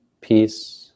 peace